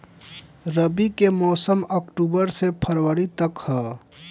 रबी के मौसम अक्टूबर से फ़रवरी तक ह